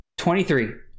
23